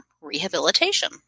Rehabilitation